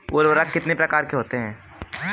उर्वरक कितनी प्रकार के होते हैं?